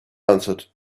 answered